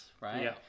Right